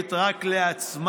שדואגת רק לעצמה.